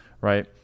right